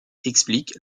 explique